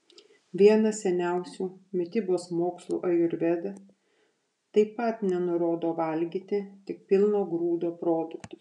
vienas seniausių mitybos mokslų ajurveda taip pat nenurodo valgyti tik pilno grūdo produktus